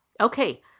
Okay